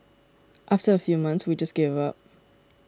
after a few months we just gave up